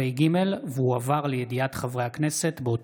מאת חבר הכנסת שלמה